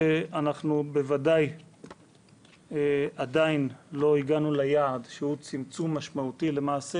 להגיד שעדיין לא הגענו ליעד שהוא צמצום משמעותי למעשה,